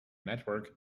network